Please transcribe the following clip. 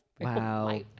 Wow